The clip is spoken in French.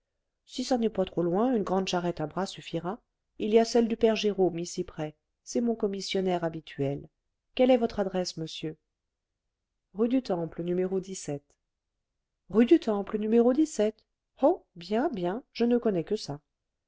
si ça n'est pas trop loin une grande charrette à bras suffira il y a celle du père jérôme ici près c'est mon commissionnaire habituel quelle est votre adresse monsieur rue du temple no rue du temple no oh bien bien je ne connais que ça